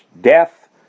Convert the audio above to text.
death